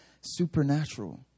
supernatural